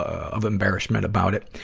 of embarrassment about it.